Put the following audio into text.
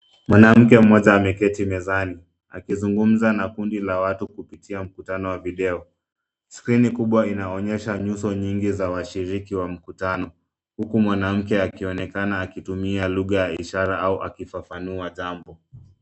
Mwanamke moja ameketi mezani, akizingumza na kundi la watu kupitia mkutano wa video. Skrini kubwa inaonyesha nyuso nyingi za washiriki wa mkutano huku mwanamke akionekana akitumia lugha ya ishara au akifafanua jambo.